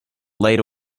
laid